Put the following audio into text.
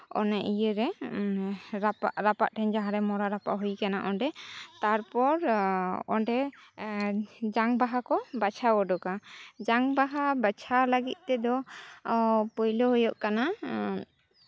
ᱚᱱᱮ ᱤᱭᱟᱹᱨᱮ ᱨᱟᱯᱟᱜ ᱨᱟᱯᱟᱜ ᱴᱷᱮᱱ ᱡᱟᱦᱟᱸᱨᱮ ᱢᱚᱲᱟ ᱨᱟᱯᱟᱜ ᱦᱩᱭ ᱠᱟᱱᱟ ᱚᱸᱰᱮ ᱛᱟᱨᱯᱚᱨ ᱚᱸᱰᱮ ᱡᱟᱝ ᱵᱟᱦᱟ ᱠᱚ ᱵᱟᱪᱷᱟᱣ ᱩᱰᱩᱠᱟ ᱡᱟᱝ ᱵᱟᱦᱟ ᱵᱟᱪᱷᱟᱣ ᱞᱟᱹᱜᱤᱫ ᱛᱮᱫᱚ ᱯᱳᱭᱞᱳ ᱦᱩᱭᱩᱜ ᱠᱟᱱᱟ